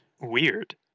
weird